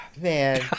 man